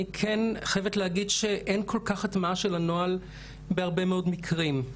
אני כן חייבת להגיד שאין כל כך הטמעה של הנוהל בהרבה מאוד מקרים.